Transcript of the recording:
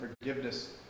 forgiveness